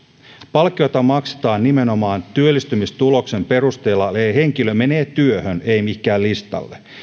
palkkioita maksetaan nimenomaan työllistymistuloksen perusteella eli henkilö menee työhön ei mihinkään listalle